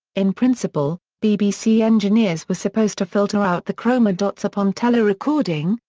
in principle, bbc engineers were supposed to filter out the chroma dots upon telerecording,